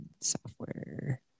Software